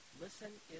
listen